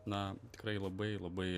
na tikrai labai labai